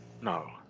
No